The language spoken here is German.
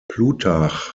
plutarch